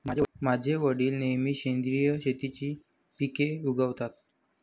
माझे वडील नेहमी सेंद्रिय शेतीची पिके उगवतात